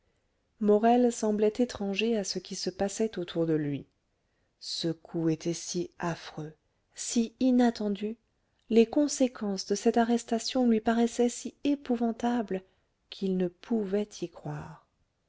morel semblait étranger à ce qui se passait autour de lui ce coup était si affreux si inattendu les conséquences de cette arrestation lui paraissaient si épouvantables qu'il ne pouvait y croire